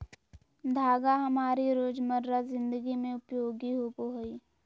धागा हमारी रोजमर्रा जिंदगी में उपयोगी होबो हइ